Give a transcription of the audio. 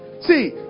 see